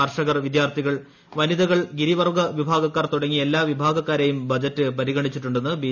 കർഷകർ വിദ്യാർത്ഥികൾ വനിതകൾ ഗിരിവർഗ വിഭാഗക്കാർ തുടങ്ങി എല്ലാ വിഭാഗക്കാരെയും ബജറ്റ് പരിഗണിച്ചിട്ടുണ്ടെന്ന് ബി